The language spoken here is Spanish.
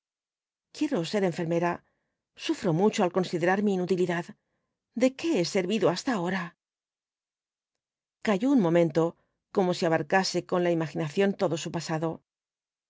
quiero ser enfermera sufro mucho al considerar mi inutilidad de qué he servido hasta ahora calló un momento como si abarcase con la imaginación todo su pasado